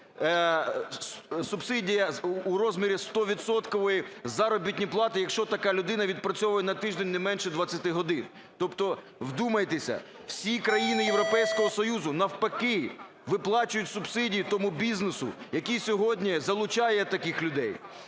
субсидія у розмірі 100-відсоткової заробітної плати, якщо така людина відпрацьовує на тиждень не менше 20 годин. Тобто – вдумайтеся! – всі країни Європейського Союзу, навпаки, виплачують субсидії тому бізнесу, який сьогодні залучає таких людей.